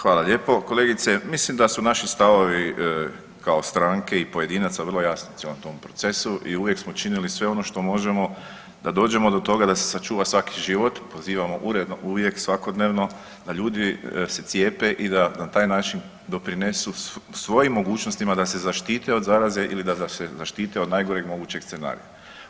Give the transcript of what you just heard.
Hvala lijepo kolegice, mislim da su naši stavovi kao stranke i pojedinaca vrlo jasni u cijelom tom procesu i uvijek smo činili sve ono što možemo da dođemo do toga da se sačuva svaki život, pozivamo uredno uvijek svakodnevno da ljudi se cijepe i da na taj način doprinesu svojim mogućostima da se zaštite od zaraze ili da se zaštite od najgoreg mogućeg scenarija.